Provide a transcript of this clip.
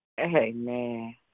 Amen